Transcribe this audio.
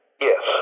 Yes